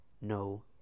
No